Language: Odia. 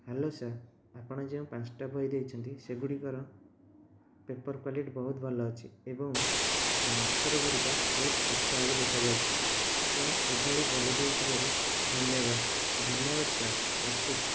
ହ୍ୟାଲୋ ସାର୍ ଆପଣ ଯେଉଁ ପାଞ୍ଚଟା ବହି ଦେଇଛନ୍ତି ସେଗୁଡ଼ିକର ପେପର କ୍ୱାଲିଟି ବହୁତ ଭଲ ଅଛି ଏବଂ ଅକ୍ଷର ଗୁଡ଼ିକ ବହୁତ ସ୍ପଷ୍ଟ ଭାବେ ଦେଖା ଯାଉଛି ତେଣୁ ଏହିଭଳି ବହି ଦେଇଥିବାରୁ ଧନ୍ୟବାଦ ଧନ୍ୟବାଦ ସାର୍ ରଖୁଛି